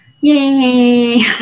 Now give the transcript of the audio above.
Yay